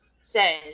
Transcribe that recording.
says